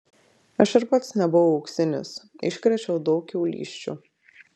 aš ir pats nebuvau auksinis iškrėčiau daug kiaulysčių